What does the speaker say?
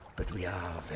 but we are